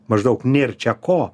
maždaug nėr čia ko